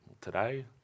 today